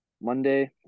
Monday